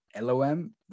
Lom